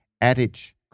adage